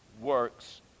works